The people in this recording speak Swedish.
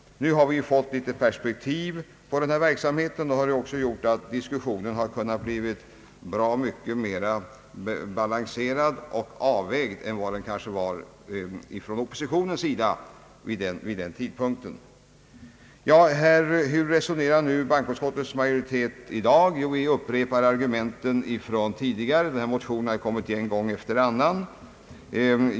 Nu har vi fått litet perspektiv på den här verksamheten. Det har också gjort att diskussionen har kunnat bli bra mycket mera balanserad och avvägd än den kanske var från oppositionens sida vid den tidpunkten. Hur resonerar nu bankoutskottets majoritet i dag? Jo, vi upprepar argumenten från tidigare år; motionen har ju kommit igen gång efter annan.